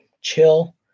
chill